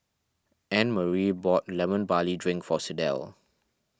Annemarie bought Lemon Barley Drink for Sydell